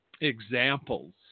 examples